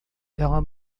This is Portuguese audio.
ela